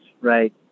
right